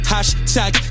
Hashtag